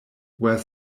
were